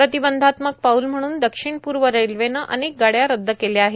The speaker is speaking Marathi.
प्रतिबंधात्मक पाऊल म्हणून दक्षिण पुर्व रेल्वेनं अनेक गाड्या रद्द केल्या आहेत